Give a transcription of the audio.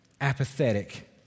apathetic